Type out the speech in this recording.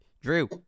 Drew